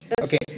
Okay